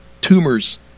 tumors